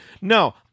No